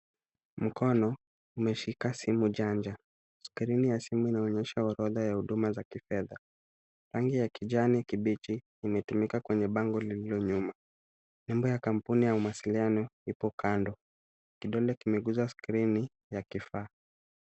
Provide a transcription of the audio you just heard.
Mkono umeshika simu janja. Skrini ya simu inaonyesha orodha ya huduma za kifedha. Rangi ya kijani kibichi imetumika kwenye bango lililo nyuma. Namba ya kampuni ya mawasiliano ipo kando. Kidole kimeguza skrini ya kifaa.